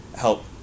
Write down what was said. help